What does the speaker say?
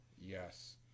Yes